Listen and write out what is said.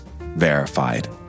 verified